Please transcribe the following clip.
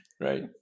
Right